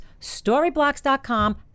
storyblocks.com